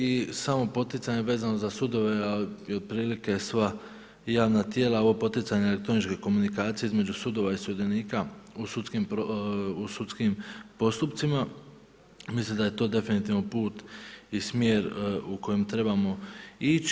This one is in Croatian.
I samo poticanje vezano za sudove a i otprilike sva javna tijela ovo poticanje elektroničke komunikacije između sudova i sudionika u sudskim postupcima mislim da je to definitivno put i smjer u kojem trebamo ići.